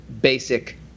basic